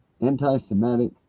anti-Semitic